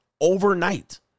overnight